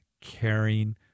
caring